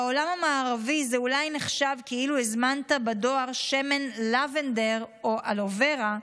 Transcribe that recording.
בעולם המערבי זה אולי נחשב כאילו הזמנת בדואר שמן לבנדר או אלוורה,